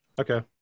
Okay